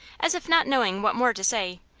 as if not knowing what more to say,